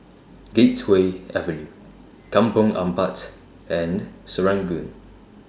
Gateway Avenue Kampong Ampat and Serangoon